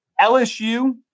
LSU